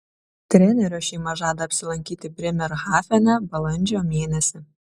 trenerio šeima žada apsilankyti brėmerhafene balandžio mėnesį